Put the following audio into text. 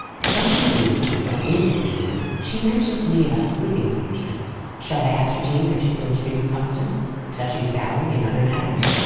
some convenience, or inconvenience, she mentioned to me, about sleeping arrangements. shall i ascertain particulars for you, constance touching salary and other matters?